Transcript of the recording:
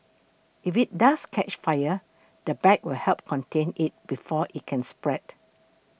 if it does catch fire the bag will help contain it before it can spread